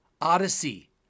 Odyssey